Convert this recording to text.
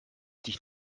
dich